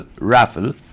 raffle